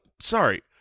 Sorry